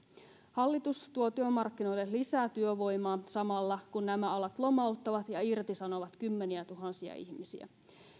hallitus tuo työmarkkinoille lisää työvoimaa samalla kun nämä alat lomauttavat ja irtisanovat kymmeniätuhansia ihmisiä